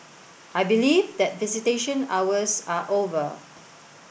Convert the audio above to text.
I believe that visitation hours are over